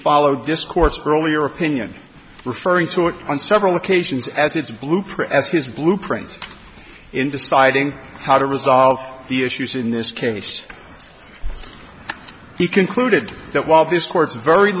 followed discourse for only your opinion referring to it on several occasions as its blueprint as his blueprint in deciding how to resolve the issues in this case he concluded that while this court's very